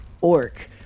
orc